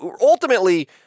ultimately